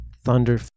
Thunder